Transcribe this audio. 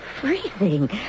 freezing